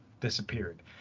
disappeared